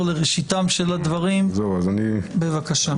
בבקשה.